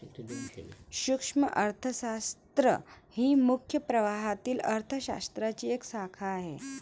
सूक्ष्म अर्थशास्त्र ही मुख्य प्रवाहातील अर्थ शास्त्राची एक शाखा आहे